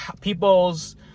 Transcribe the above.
people's